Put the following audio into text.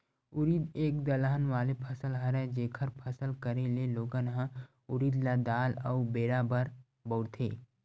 उरिद एक दलहन वाले फसल हरय, जेखर फसल करे ले लोगन ह उरिद ल दार अउ बेरा बर बउरथे